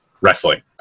wrestling